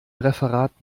referat